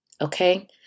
okay